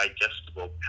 digestible